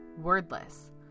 Wordless